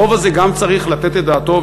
הרוב הזה גם צריך לתת את דעתו,